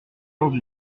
dans